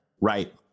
right